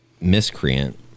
Miscreant